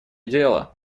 дело